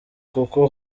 kuko